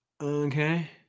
okay